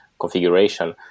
configuration